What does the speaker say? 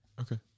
Okay